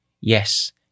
Yes